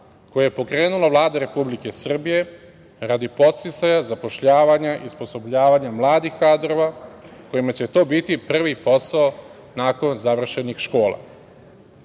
koji je pokrenula Vlada Republike Srbije radi podsticaja zapošljavanja i osposobljavanja mladih kadrova kojima će to biti prvi posao nakon završenih škola.